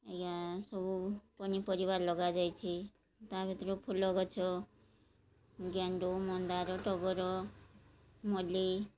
ଆଜ୍ଞା ସବୁ ପନିପରିବା ଲଗାଯାଇଛି ତା ଭିତରୁ ଫୁଲ ଗଛ ଗେଣ୍ଡୁ ମନ୍ଦାର ଟଗର ମଲ୍ଲି